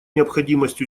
необходимость